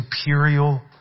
imperial